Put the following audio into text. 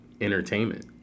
entertainment